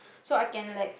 so I can like